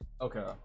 Okay